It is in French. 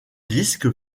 disque